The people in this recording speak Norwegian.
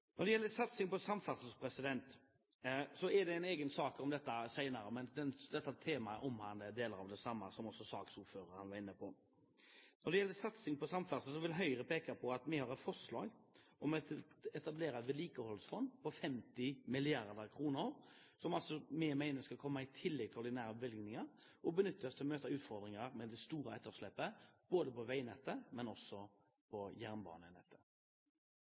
Når det gjelder satsing på samferdsel, har vi en egen sak om dette senere, men denne saken omhandler deler av det samme, som også saksordføreren var inne på. Når det altså gjelder satsing på samferdsel, vil Høyre peke på at vi har et forslag om å etablere et vedlikeholdsfond på 50 mrd. kr, som vi mener skal komme i tillegg til ordinære bevilgninger, og benyttes til å møte utfordringer med det store etterslepet, både på veinettet og på jernbanenettet.